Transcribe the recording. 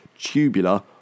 Tubular